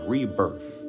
Rebirth